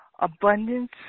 abundance